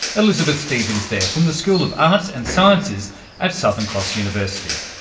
elizabeth stephens there, from the school of arts and sciences at southern cross university.